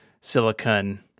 Silicon